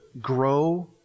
grow